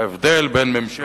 ההבדל בין ממשלת,